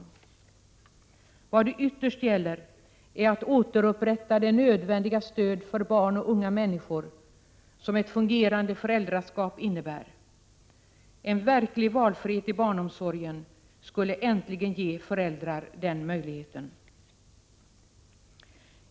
Ytterst gäller det att återupprätta det nödvändiga stöd för barn och unga människor som ett fungerande föräldraskap innebär. En verklig valfrihet i barnomsorgen skulle äntligen ge föräldrar den möjligheten.